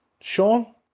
Sean